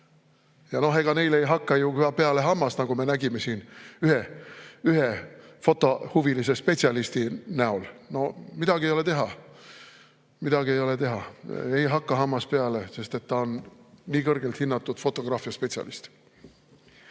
asja. Ega neile ei hakka ju ka hammas peale, nagu me nägime siin ühe fotohuvilise spetsialisti puhul. No midagi ei ole teha, midagi ei ole teha, ei hakka hammas peale, sest ta on nii kõrgelt hinnatud fotograafiaspetsialist. Aga